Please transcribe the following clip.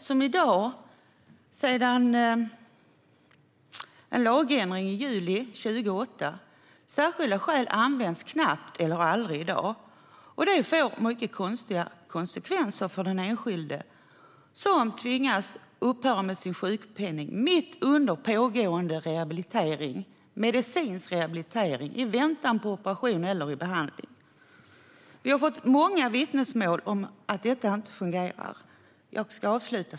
Sedan en lagändring i juli 2008 används särskilda skäl knappt eller aldrig. Det får mycket konstiga konsekvenser för den enskilde, som tvingas upphöra med sin sjukpenning mitt under pågående medicinsk rehabilitering i väntan på operation eller behandling. Vi har fått många vittnesmål om att detta inte fungerar.